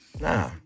nah